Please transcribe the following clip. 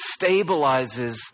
stabilizes